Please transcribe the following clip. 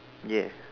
yes